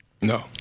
No